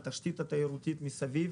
התשתית התיירותית מסביב,